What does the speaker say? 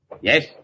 Yes